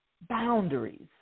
boundaries